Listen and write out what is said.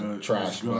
trash